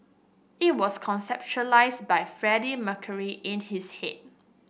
it was conceptualised by Freddie Mercury in his head